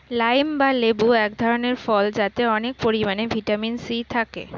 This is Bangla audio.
লাইম বা লেবু এক ধরনের ফল যাতে অনেক পরিমাণে ভিটামিন সি থাকে